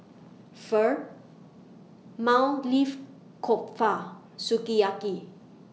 Pho Maili Kofta Sukiyaki